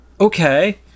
okay